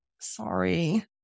sorry